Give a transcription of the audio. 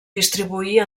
distribuir